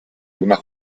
una